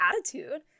attitude